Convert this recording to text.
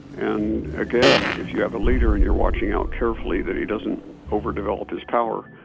and again, if you have a leader and you're watching out carefully that he doesn't overdevelop his power,